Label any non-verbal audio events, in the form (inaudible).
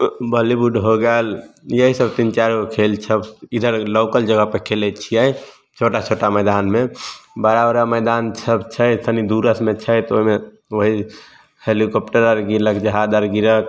(unintelligible) Bollywood हो गेल यही सब तिन चारिगो खेल सब इधर लौकल जगह पर खेलै छियै छोटा छोटा मैदानमे बड़ा बड़ा मैदान सब छै तनी दूरसमे छै तऽ ओहिमे वहीँ हेलिकप्टर आर गिरलक जहाज आर गिरल